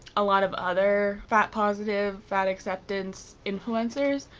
a lot of other fat positive, fat acceptance influencers.